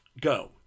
Go